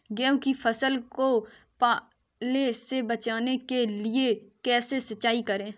गेहूँ की फसल को पाले से बचाने के लिए कैसे सिंचाई करें?